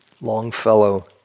Longfellow